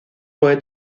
puede